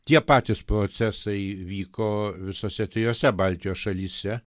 tie patys procesai vyko visose trijose baltijos šalyse